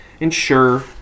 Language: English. ensure